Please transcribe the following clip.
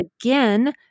again